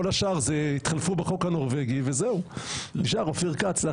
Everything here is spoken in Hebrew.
כל השאר התחלפו בחוק הנורבגי ונשאר אופיר כץ.